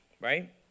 right